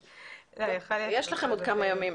יש לכם עוד כמה ימים.